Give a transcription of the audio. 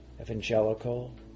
Evangelical